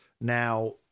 Now